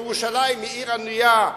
ירושלים היא עיר ענייה.